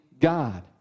God